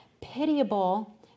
Pitiable